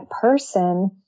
person